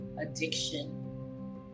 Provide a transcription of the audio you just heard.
addiction